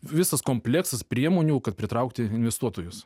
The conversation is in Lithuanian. visas kompleksas priemonių kad pritraukti investuotojus